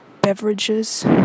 beverages